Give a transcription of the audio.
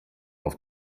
auf